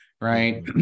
right